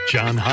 John